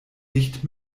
dicht